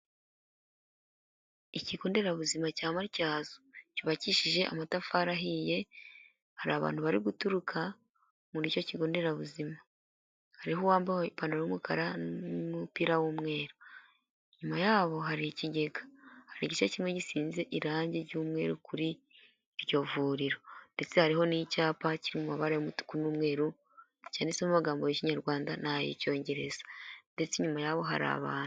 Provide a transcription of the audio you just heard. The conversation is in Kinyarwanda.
Ikigo nderabuzima cya matyazo, cyubakishije amatafari ahiye, hari abantu bari guturuka mucyo kigo nderabuzima, hariho uwambawe ipantaro y'umukara n' umupira w'umweru, nyuma yaho hari ikigega, hari igice kimwe gisinze irangi ry' umweru kuri iryo vuriro ndetse hariho n'icyapa kirimo umubare w'umutuku n'umweru cyanditsemo amagambo y'ikinyarwanda nay' icyongereza ndetse nyuma yaho hari abantu.